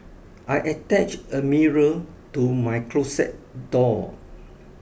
I attach a mirror to my closet door